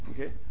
Okay